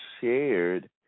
shared